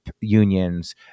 unions